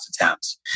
attempts